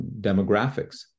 demographics